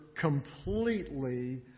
completely